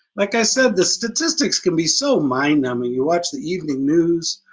like i said the statistics can be so mind-numbing, you watch the evening news,